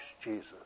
Jesus